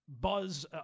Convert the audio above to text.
buzz